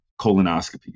colonoscopies